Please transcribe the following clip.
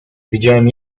widziałem